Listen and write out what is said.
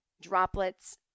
droplets